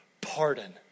Pardon